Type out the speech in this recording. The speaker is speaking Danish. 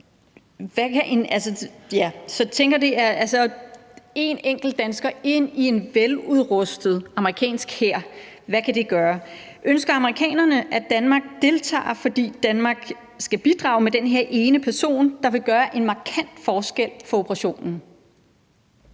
vi sender af sted. En enkelt dansker ind i en veludrustet amerikansk hær – hvad kan det gøre? Ønsker amerikanerne, at Danmark deltager, fordi Danmark skal bidrage med den her ene person, der vil gøre en markant forskel for operationen?